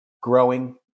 growing